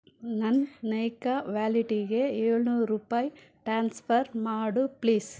ನನ್ನ ನೈಕಾ ವ್ಯಾಲೆಟಿಗೆ ಏಳ್ನೂರು ರೂಪಾಯಿ ಟಾನ್ಸ್ಫರ್ ಮಾಡು ಪ್ಲೀಸ್